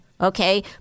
Okay